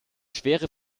schwere